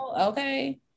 okay